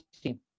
team